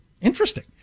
interesting